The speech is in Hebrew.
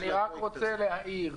אני רק רוצה להעיר.